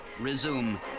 resume